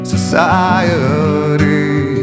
Society